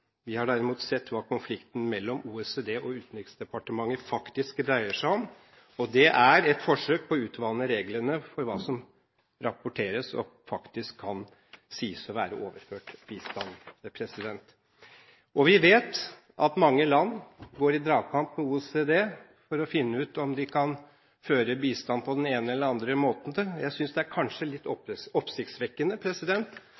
Vi har derimot sett hva konflikten mellom OECD og Utenriksdepartementet faktisk dreier seg om, og det er et forsøk på å utvanne reglene for hva som rapporteres, og hva som faktisk kan sies å være overført bistand. Vi vet at mange land går i dragkamp med OECD for å finne ut om de kan føre bistand på den ene eller andre måten. Jeg synes kanskje det er litt